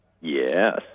Yes